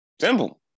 Simple